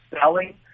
selling